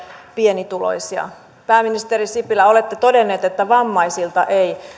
pienituloisia pääministeri sipilä olette todennut että vammaisilta ei